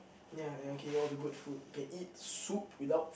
ya you can eat all the good food you can eat soup without